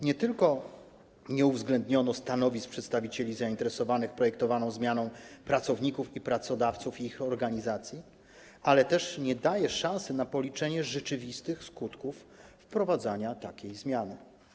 Nie tylko nie uwzględniono stanowisk przedstawicieli zainteresowanych projektowaną zmianą pracowników, pracodawców i ich organizacji, ale też nie dano szansy na policzenie rzeczywistych skutków wprowadzania takiej zmiany.